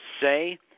say